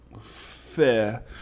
fair